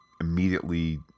immediately